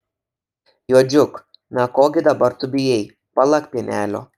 juodžiuk na ko gi dabar tu bijai palak pienelio